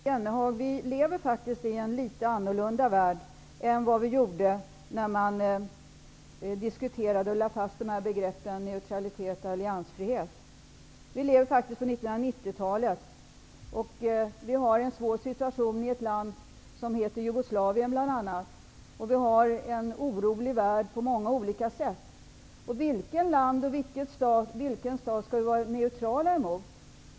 Herr talman! Vi lever faktiskt, Jan Jennehag, i en litet annorlunda värld än vad vi gjorde när begreppet alliansfrihet diskuterades och lades fast. Vi lever faktiskt på 1990-talet. Det är en svår situation bl.a. i ett land som hette Jugoslavien. Världen är orolig på många olika sätt. Vilket land och vilken stat skall vi vara neutrala mot?